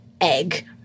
egg